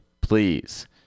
please